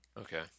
Okay